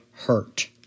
hurt